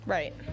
Right